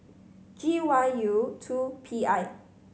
G Y U two P I